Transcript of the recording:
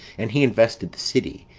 and he invested the city,